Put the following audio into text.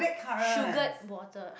sugared water